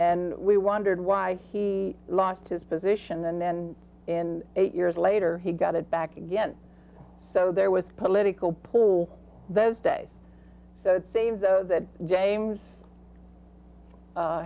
and we wondered why he lost his position and then in eight years later he got it back again so there was political pull those days so it saves though that james